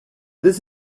this